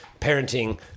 parenting